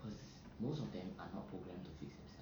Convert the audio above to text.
cause most of them are not program to fix themselves